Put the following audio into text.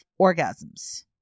orgasms